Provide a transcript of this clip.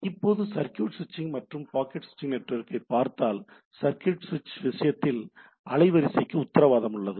எனவே இப்போது சர்க்யூட் சுவிட்ச் மற்றும் பாக்கெட் சுவிட்ச் நெட்வொர்க்கைப் பற்றி பார்த்தால் சர்க்யூட் சுவிட்ச் விஷயத்தில் அலைவரிசைக்கு உத்தரவாதம் உள்ளது